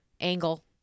Angle